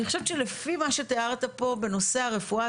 אני חושבת שלפי מה שתיארת פה בנושא הרפואה,